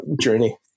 journey